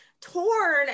torn